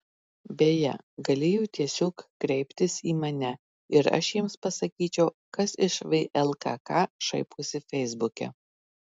beje galėjo tiesiog kreiptis į mane ir aš jiems pasakyčiau kas iš vlkk šaiposi feisbuke